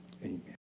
amen